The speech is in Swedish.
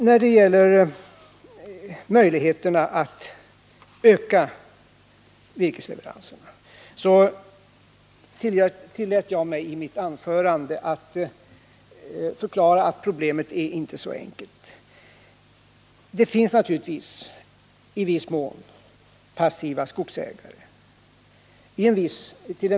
När det gäller möjligheterna att öka virkesleveranserna tillät jag mig i mitt anförande förklara att problemet inte är så enkelt. Det finns naturligtvis ett antal passiva skogsägare.